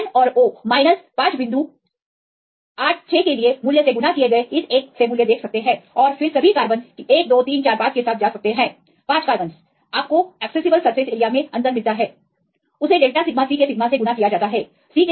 आप N और O 5 बिंदु 8 6 के लिए मूल्य से गुणा किए गए इस एक से मूल्य देख सकते हैं और फिर सभी कार्बन 1 2 3 4 5 के साथ जा सकते हैं 5 कार्बन्स आपको एक्सेसिबल सरफेस एरिया में अंतर मिलता है उसे डेल्टा सिगमा C के सिग्मा से गुणा किया जाता है